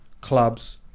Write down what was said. clubs